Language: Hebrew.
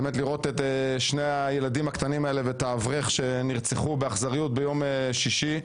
לראות את שני הילדים הקטנים האלה ואת האברך שנרצחו באכזריות ביום שישי,